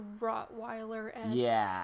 Rottweiler-esque